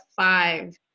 five